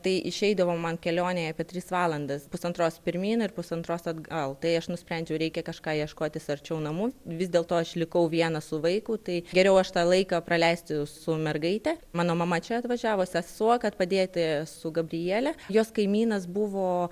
tai išeidavo man kelionei apie tris valandas pusantros pirmyn ir pusantros atgal tai aš nusprendžiau reikia kažką ieškotis arčiau namų vis dėlto aš likau viena su vaiku tai geriau aš tą laiką praleisti su mergaite mano mama čia atvažiavo sesuo kad padėti su gabriele jos kaimynas buvo